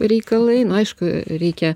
reikalai nu aišku reikia